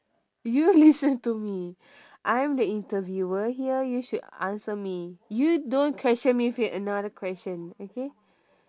you listen to me I'm the interviewer here you should answer me you don't question me with another question okay